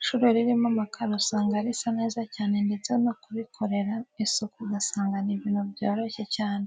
Ishuri ririmo amakaro usanga risa neza cyane ndetse no kurikorera isuku ugasanga ni ibintu byoroshye cyane.